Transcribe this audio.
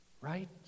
Right